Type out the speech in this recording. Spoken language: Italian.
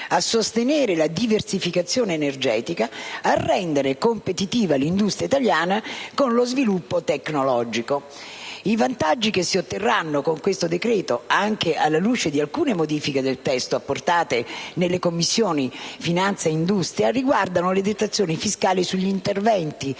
a sostenere la diversificazione energetica e a rendere competitiva l'industria italiana con lo sviluppo tecnologico. I vantaggi che si otterranno con questo decreto, anche alla luce di alcune modifiche al testo apportate nelle Commissioni riunite 6a e 10a, riguardano le detrazioni fiscali sugli interventi